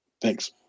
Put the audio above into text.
Thanks